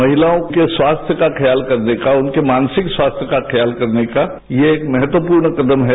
महिलाओं के स्वास्थ्य का ख्याल करने का उनके मानसिक स्वास्थ्य का ख्याल करने का ये एक महत्वपूर्ण कदम है